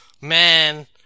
Man